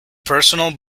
personal